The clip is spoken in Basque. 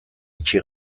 itxi